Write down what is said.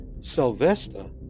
Sylvester